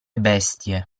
bestie